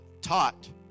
taught